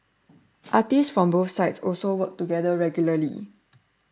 artists from both sides also work together regularly